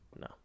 No